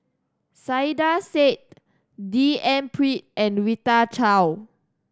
Saiedah Said D N Pritt and Rita Chao